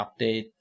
update